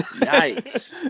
Nice